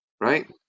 right